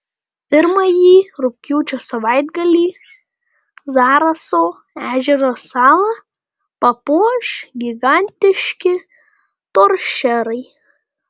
pirmąjį rugpjūčio savaitgalį zaraso ežero salą papuoš gigantiški toršerai